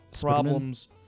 problems